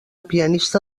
pianista